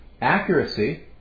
Accuracy